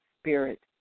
spirit